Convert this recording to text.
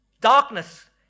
darkness